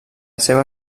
seva